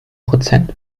prozent